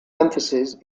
emphasis